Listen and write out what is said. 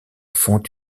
font